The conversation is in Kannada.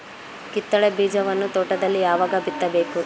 ಕಿತ್ತಳೆ ಬೀಜವನ್ನು ತೋಟದಲ್ಲಿ ಯಾವಾಗ ಬಿತ್ತಬೇಕು?